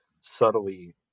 subtly